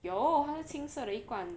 有它是青色的一罐